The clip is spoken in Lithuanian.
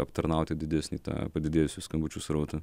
aptarnauti didesnį tą padidėjusių skambučių srautą